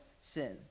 sin